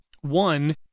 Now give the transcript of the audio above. One